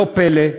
לא פלא,